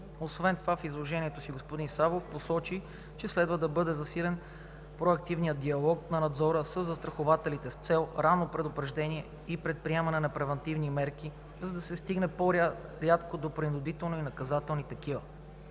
Освен това в изложението си господин Савов посочи, че следва да бъде засилен проактивният диалог на надзора със застрахователите с цел ранно предупреждение и предприемане на превантивни мерки, за да се стига по-рядко до принудителни и наказателни такива.